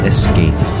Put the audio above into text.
Escape